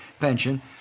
pension